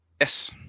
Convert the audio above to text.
Yes